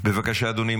בבקשה, אדוני.